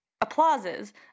applauses